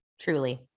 truly